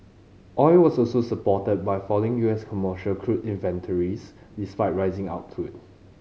oil was also supported by falling U S commercial crude inventories despite rising output